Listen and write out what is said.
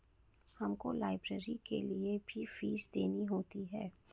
हमको लाइब्रेरी के लिए भी फीस देनी होती है